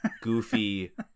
goofy